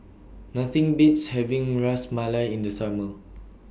Nothing Beats having Ras Malai in The Summer